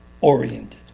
oriented